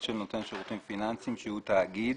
של נותן שירותים פיננסיים שהוא תאגיד